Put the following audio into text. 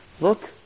look